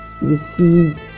received